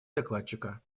докладчика